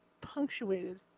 punctuated